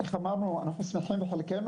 כן בתיאום עם האוצר, דיברנו על עברית,